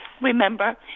Remember